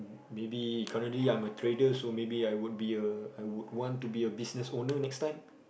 maybe currently I'm a trader so maybe I would be a I would want to be a business owner next time